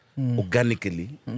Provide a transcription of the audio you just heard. organically